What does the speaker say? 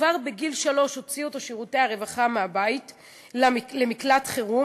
כבר בגיל שלוש הוציאו אותו שירותי הרווחה מהבית למקלט חירום,